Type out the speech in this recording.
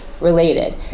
related